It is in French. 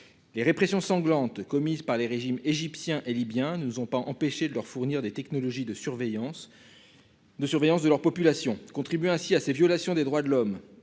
Les répressions sanglantes commises par les régimes égyptiens et libyens ne sont pas empêchés de leur fournir des technologies de surveillance. De surveillance de leur population contribue ainsi à ces violations des droits de l'homme